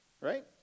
right